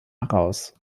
heraus